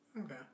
Okay